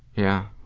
yeah.